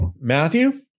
Matthew